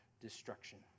destruction